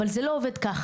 אבל זה לא עובד ככה.